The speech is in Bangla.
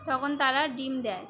তখন তারা ডিম দেয়